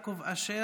חבר הכנסת יעקב אשר,